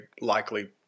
likely